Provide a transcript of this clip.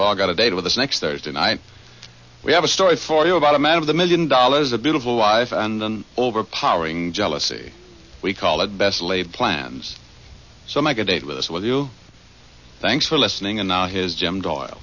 all got a date with us next thursday night we have a story for you about a man of the million dollars a beautiful wife and an overpowering jealousy we call it best laid plans so make a date with us with you thanks for listening and now his jim d